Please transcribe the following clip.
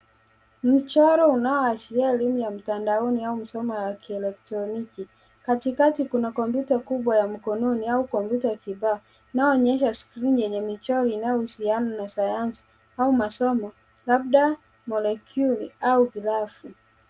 Mchoro unaoashiria elimu ya mtandaoni au masomo ya kielektroniki. Katikati kuna kompyuta kubwa ya mkononi au kompyuta kibao, inayoonyesha skrini yenye michoro inayohusiana na sayansi au masomo labda molecule au graph .